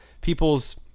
people's